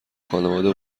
خانواده